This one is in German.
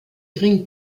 gering